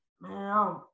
Man